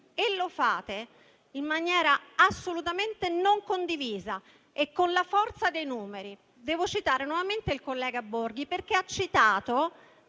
E lo fate in maniera assolutamente non condivisa e con la forza dei numeri. Devo citare nuovamente il collega Borghi, perché ha fatto